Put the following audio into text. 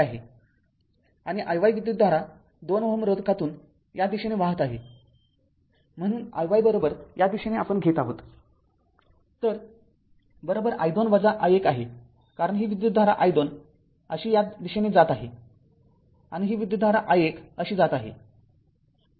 आणि iy विद्युतधारा २Ω रोधकातून या दिशेने वाहत आहे म्हणून iy या दिशेने आपण घेत आहोत तर i२ i१ आहे कारण ही विद्युतधारा i२अशी या दिशेने जात आहे आणि ही विद्युतधारा i१ अशी जात आहे